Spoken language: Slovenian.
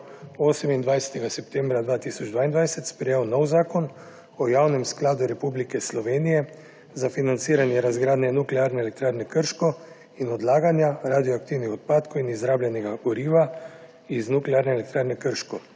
zbor28. septembra 2022 sprejel nov Zakon o Javnem skladu Republike Slovenije za financiranje razgradnje Nuklearne elektrarne Krško in odlaganja radioaktivnih odpadkov in izrabljenega goriva iz Nuklearne elektrarne Krško,